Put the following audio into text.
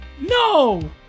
No